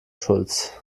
schulz